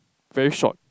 very short